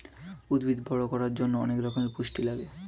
উদ্ভিদ বড় করার জন্যে অনেক রকমের পুষ্টি লাগে